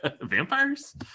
Vampires